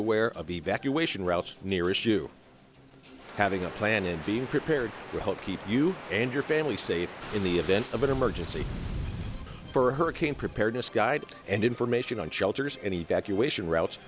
aware of evacuation routes near issue having a plan and being prepared to help keep you and your family safe in the event of an emergency for hurricane preparedness guide and information on shelters and evacuation routes